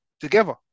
together